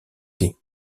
thé